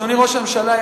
אדוני ראש הממשלה,